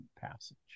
passage